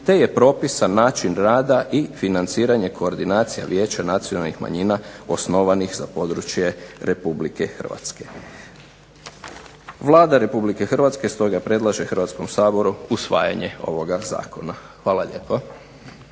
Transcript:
te je propisan način rada i financiranje koordinacija Vijeća nacionalnih manjina osnovanih za područje Republike Hrvatske. Vlada Republike Hrvatske stoga predlaže Hrvatskom saboru usvajanje ovoga Zakona. Hvala lijepo.